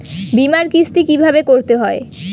বিমার কিস্তি কিভাবে করতে হয়?